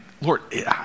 Lord